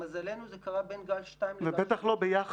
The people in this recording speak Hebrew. למזלנו, זה קרה בין גל שנים לגל שלוש.